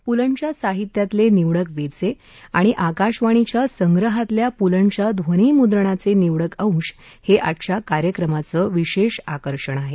पुलंच्या साहित्यातले निवडक वेचे आणि आकाशवाणीच्या संग्रहातल्या पुलंच्या ध्वनिमुद्रणाचे निवडक अंश हे आजच्या कार्यक्रमाचं विशेष आकर्षण आहे